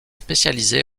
spécialisée